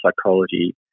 psychology